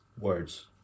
words